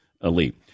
Elite